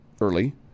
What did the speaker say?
early